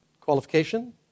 Qualification